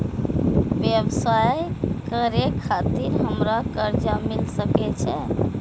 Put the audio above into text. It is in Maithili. व्यवसाय करे खातिर हमरा कर्जा मिल सके छे?